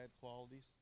qualities